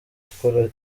gukora